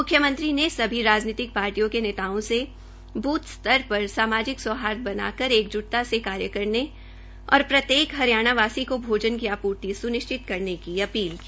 म्ख्यमंत्री ने सभी राजनीतिक पार्टियों के नेताओं से ब्रथ स्तर पर सामाजिक सौहार्द बनाकर एकज्टता से कार्यकरने और प्रत्येक हरियाणवी को भोजन की आपूति स्निश्चित करने की अपील की